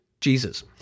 Jesus